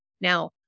Now